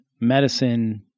medicine